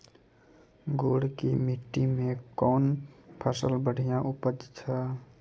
गुड़ की मिट्टी मैं कौन फसल बढ़िया उपज छ?